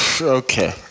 Okay